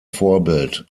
vorbild